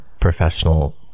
professional